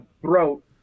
throat